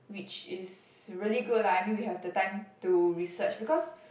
which is really good lah I mean we have the time to research because